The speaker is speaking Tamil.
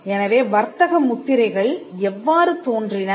எனவே வர்த்தக முத்திரைகள் எவ்வாறு தோன்றின